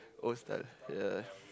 old style ya